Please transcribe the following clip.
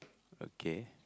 okay